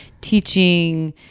teaching